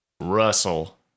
Russell